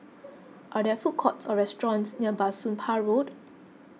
are there food courts or restaurants near Bah Soon Pah Road